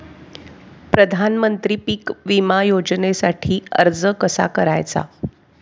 प्रधानमंत्री पीक विमा योजनेसाठी अर्ज कसा करायचा?